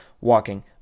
walking